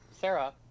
Sarah